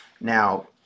Now